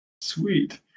Sweet